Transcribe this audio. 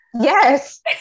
Yes